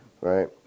Right